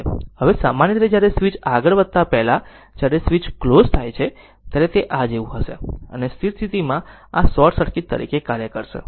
હવે સામાન્ય રીતે જ્યારે સ્વીચ આગળ વધતા પહેલા જ્યારે સ્વીચ ક્લોઝ થાય છે ત્યારે તે આ જેવું હશે અને સ્થિર સ્થિતિ માં આ શોર્ટ સર્કિટ તરીકે કાર્ય કરે છે